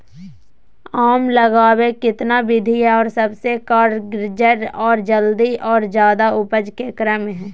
आम लगावे कितना विधि है, और सबसे कारगर और जल्दी और ज्यादा उपज ककरा में है?